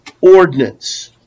ordinance